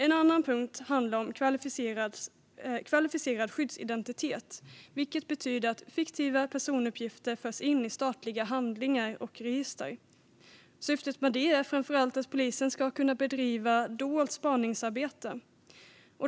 En annan punkt handlar om kvalificerad skyddsidentitet, vilket betyder att fiktiva personuppgifter förs in i statliga handlingar och register. Syftet med det är framför allt att polisen ska kunna bedriva dolt spaningsarbete.